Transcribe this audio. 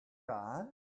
guy